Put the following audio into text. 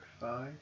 five